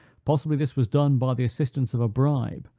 possibly this was done by the assistance of a bribe,